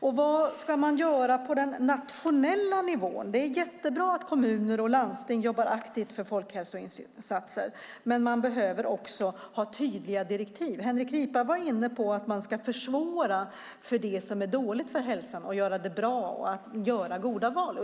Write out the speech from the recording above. Och vad ska man göra på den nationella nivån? Det är jättebra att kommuner och landsting jobbar aktivt för folkhälsoinsatser, men de behöver ha tydliga direktiv. Henrik Ripa var inne på att försvåra för det som är dåligt för hälsan och göra det lättare att göra goda val.